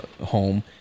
home